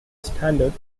standards